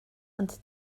ond